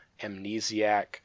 amnesiac